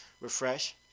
Refresh